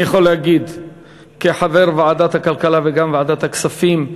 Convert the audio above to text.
אני יכול להגיד כחבר ועדת הכלכלה וגם ועדת הכספים,